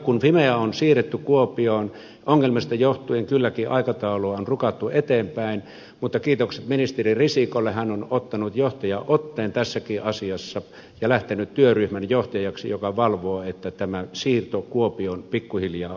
kun fimea on siirretty kuopioon ongelmista johtuen kylläkin aikataulua on rukattu eteenpäin mutta kiitokset ministeri risikolle hän on ottanut johtajan otteen tässäkin asiassa ja lähtenyt työryhmän johtajaksi joka valvoo että tämä siirto kuopioon pikkuhiljaa toteutuu